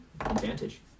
Advantage